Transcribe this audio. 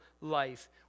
life